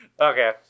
Okay